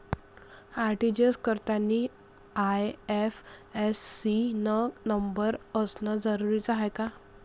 RTGS करतांनी IFSC न number असनं जरुरीच हाय का?